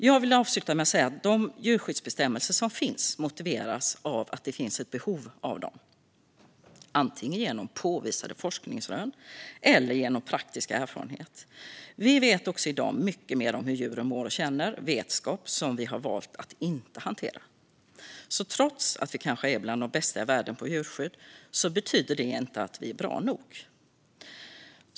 Jag vill avsluta med att säga att de djurskyddsbestämmelser som finns motiveras av att det finns ett behov av dem, antingen genom påvisade forskningsrön eller genom praktiska erfarenheter. Vi vet också i dag mycket mer om hur djuren mår och känner - vetskap som vi har valt att inte hantera. Även om vi kanske är bland de bästa i världen på djurskydd betyder det inte att vi är bra nog.